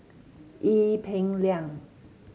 Ee Peng Liang